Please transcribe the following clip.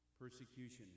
persecution